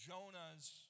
Jonah's